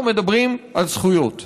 אנחנו מדברים על זכויות.